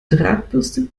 drahtbürste